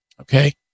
Okay